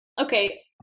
okay